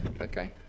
Okay